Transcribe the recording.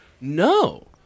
no